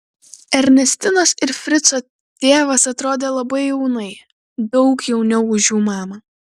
ernestinos ir frico tėvas atrodė labai jaunai daug jauniau už jų mamą